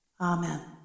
Amen